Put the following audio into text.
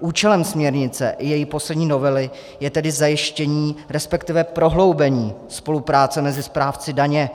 Účelem směrnice i její poslední novely, je tedy zajištění, resp. prohloubení spolupráce mezi správci daně